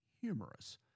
humorous